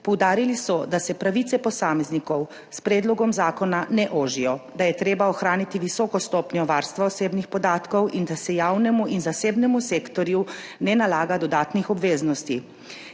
Poudarili so, da se pravice posameznikov s predlogom zakona ne ožijo, da je treba ohraniti visoko stopnjo varstva osebnih podatkov in da se javnemu in zasebnemu sektorju ne nalaga dodatnih obveznosti.